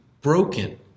broken